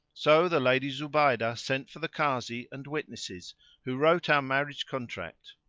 so the lady zubaydah sent for the kazi and witnesses who wrote our marriage contract,